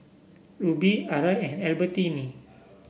Rubi Arai and Albertini